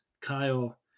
Kyle